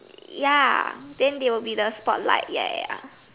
ya then they will be the spotlight ya ya ya